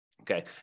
Okay